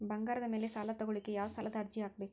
ಬಂಗಾರದ ಮ್ಯಾಲೆ ಸಾಲಾ ತಗೋಳಿಕ್ಕೆ ಯಾವ ಸಾಲದ ಅರ್ಜಿ ಹಾಕ್ಬೇಕು?